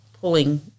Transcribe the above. pulling